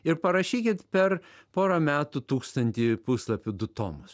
ir parašykit per porą metų tūkstantį puslapių du tomus